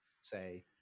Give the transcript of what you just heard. say